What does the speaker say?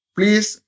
Please